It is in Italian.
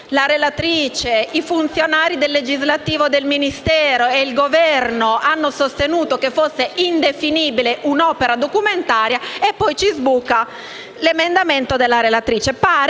la relatrice, i funzionari dell'ufficio legislativo del Ministero e il Governo hanno sostenuto che fosse indefinibile un'opera documentaria; e poi sbuca l'emendamento della relatrice. Pare